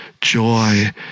Joy